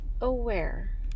aware